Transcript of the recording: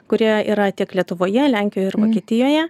kurie yra tiek lietuvoje lenkijoje ir vokietijoje